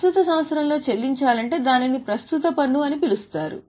ప్రస్తుత సంవత్సరంలో చెల్లించాలంటే దానిని ప్రస్తుత పన్ను అని పిలుస్తారు